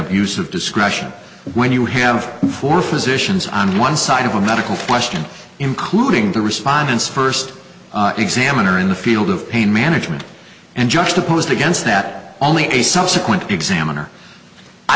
of discretion when you have four physicians on one side of a medical question including the respondents first examiner in the field of pain management and juxtaposed against that only a subsequent examiner i